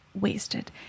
wasted